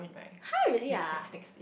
!huh! really ah